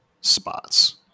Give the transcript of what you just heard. spots